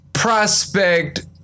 Prospect